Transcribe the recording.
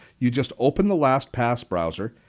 you just open the lastpass browser,